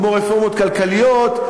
כמו רפורמות כלכליות,